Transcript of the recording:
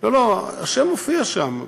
השם מופיע שם.